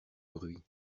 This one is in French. bruits